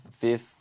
fifth